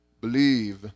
believe